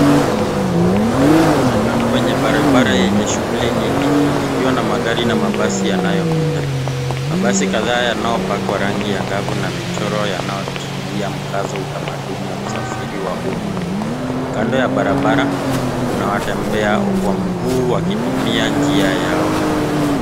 Huu ni mwonekano wenye barabara yenye shughuli nyingi, ikiwa na magari na mabasi yanayopita. Mabasi kadhaa yanayopakwa rangi angavu na michoro yanayotilia mkazo utamaduni wa usafiri wa umma. Kando ya barabara kuna watembeao kwa mguu wakitumia njia yao.